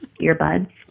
earbuds